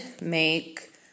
make